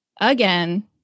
again